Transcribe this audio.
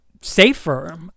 safer